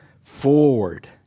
forward